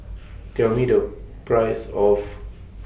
Tell Me The Price of